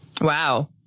Wow